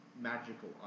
magical